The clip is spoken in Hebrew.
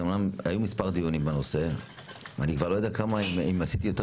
בנושא היו מספר דיונים ואני כבר לא יודע אם עשיתי יותר